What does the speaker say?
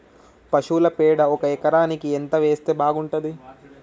పశువుల పేడ ఒక ఎకరానికి ఎంత వేస్తే బాగుంటది?